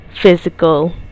physical